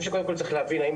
עלינו להבין האם